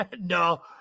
No